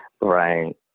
right